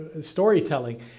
storytelling